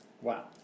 Wow